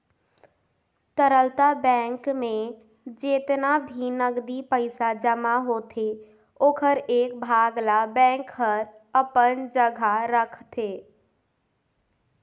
तरलता बेंक में जेतना भी नगदी पइसा जमा होथे ओखर एक भाग ल बेंक हर अपन जघा राखतें